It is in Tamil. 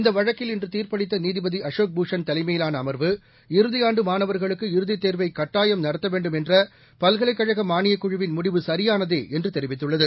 இந்த வழக்கில் இன்று தீர்ப்பளித்த நீதிபதி அசோக் பூஷன் தலைமையிலான அமர்வு இறுதியாண்டு மாணவர்களுக்கு இறுதித் தேர்வை கட்டாயம் நடத்த வேண்டும் என்ற பல்கலைக் கழக மானியக் குழுவின் முடிவு சரியானதே என்று தெரிவித்துள்ளது